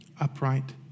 upright